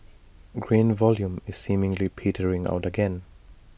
grain volume is seemingly petering out again